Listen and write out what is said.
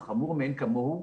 חמור מאין כמוהו,